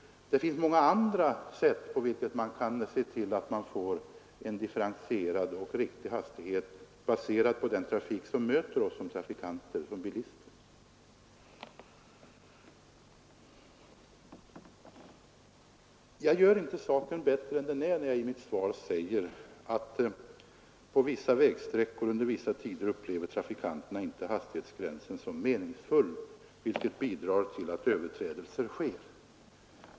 Det finns många andra sätt, på vilka man kan få en differentierad och riktig hastighet baserad på den trafik som möter oss såsom bilister. Jag gör inte saken bättre än den är, när jag i mitt svar säger att trafikanterna på vissa vägsträckor och under vissa omständigheter inte upplever hastighetsgränsen som meningsfull, vilket bidrar till att överträdelser sker.